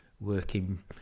working